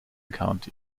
county